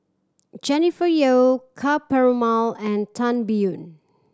Jennifer Yeo Ka Perumal and Tan Biyun